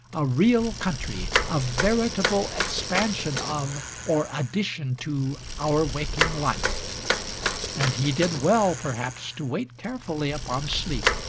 a real country, a veritable expansion of, or addition to, our waking life and he did well perhaps to wait carefully upon sleep,